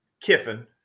Kiffin